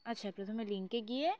আচ্ছা প্রথমে লিংকে গিয়ে